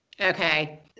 Okay